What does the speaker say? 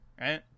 right